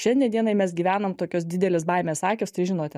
šiandien dienai mes gyvenam tokios didelės baimės akys tai žinote